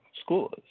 schools